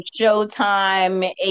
Showtime